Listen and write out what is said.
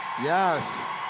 yes